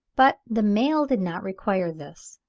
but the male did not require this,